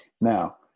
Now